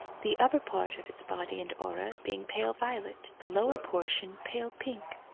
the upper part of its body and aura being pale violet, the lower portion pale pink.